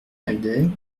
pinglet